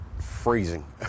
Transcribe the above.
freezing